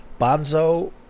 Bonzo